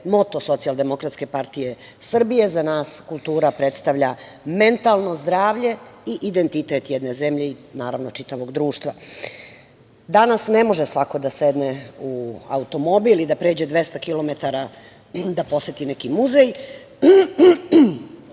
moto Socijaldemokratske partije Srbije. Za nas kultura predstavlja mentalno zdravlje i identitet jedne zemlje i, naravno, čitavog društva. Danas ne može svako da sedne u automobil i da pređe 200 kilometara da poseti neki muzej.